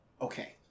okay